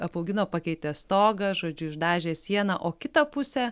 apaugino pakeitė stogą žodžiu išdažė sieną o kitą pusę